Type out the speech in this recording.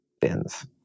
bins